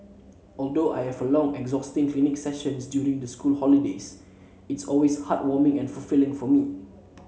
although I have long exhausting clinic sessions during the school holidays it's always heartwarming and fulfilling for me